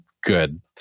Good